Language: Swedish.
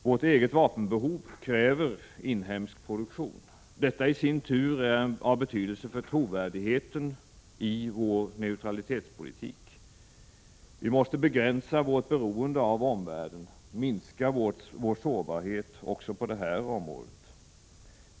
Vårt eget vapenbehov kräver inhemsk produktion. Detta i sin tur är av betydelse för trovärdigheten i vår neutralitetspolitik. Vi måste begränsa vårt beroende av omvärlden, minska vår sårbarhet även på det här området.